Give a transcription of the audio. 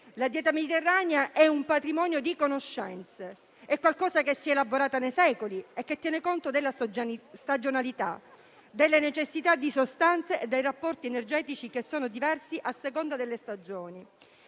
La dieta mediterranea è un patrimonio di conoscenze; è qualcosa che si è elaborata nei secoli e che tiene conto della stagionalità, della necessità di sostanze e degli apporti energetici che sono diversi a seconda delle stagioni.